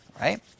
Right